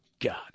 God